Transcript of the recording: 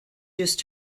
just